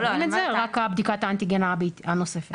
אנחנו מקבלים את זה ורק בדיקת האנטיגן הנוספת כן.